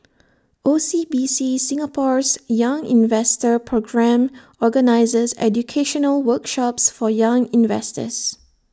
O C B C Singapore's young investor programme organizes educational workshops for young investors